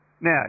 Now